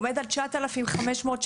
עומד על תשעת אלפים חמש מאות שקל,